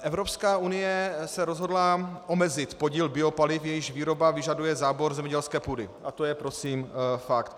Evropská unie se rozhodla omezit podíl biopaliv, jejichž výroba vyžaduje zábor zemědělské půdy, a to je fakt.